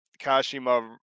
kashima